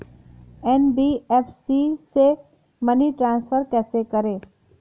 NBFC से money transfer कैसे करें?